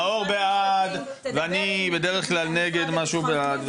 נאור בעד ואני בדרך כלל נגד מה שהוא בעד,